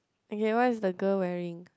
okay what is the girl wearing